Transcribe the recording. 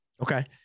okay